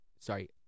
Sorry